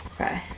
Okay